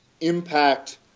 impact